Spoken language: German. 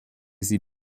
sie